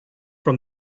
from